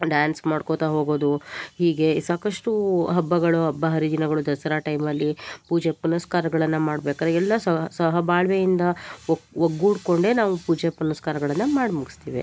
dance ಮಾಡ್ಕೊಳ್ತ ಹೋಗೋದು ಹೀಗೇ ಸಾಕಷ್ಟು ಹಬ್ಬಗಳು ಹಬ್ಬ ಹರಿದಿನಗಳು ದಸರಾ ಟೈಮಲ್ಲಿ ಪೂಜೆ ಪುನಸ್ಕಾರಗಳನ್ನು ಮಾಡ್ಬೇಕಾದ್ರೆ ಎಲ್ಲ ಸಹಬಾಳ್ವೆಯಿಂದ ಒಗ್ಗೂಡಿಕೊಂಡೇ ನಾವು ಪೂಜೆ ಪುನಸ್ಕಾರಗಳನ್ನು ಮಾಡಿ ಮುಗಿಸ್ತೇವೆ